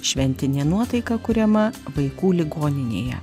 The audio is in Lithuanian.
šventinė nuotaika kuriama vaikų ligoninėje